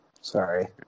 sorry